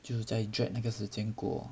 就是在 dread 那个时间过